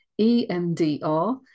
EMDR